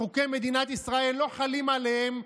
וחוקי מדינת ישראל לא חלים עליהם,